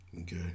Okay